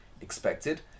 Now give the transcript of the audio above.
expected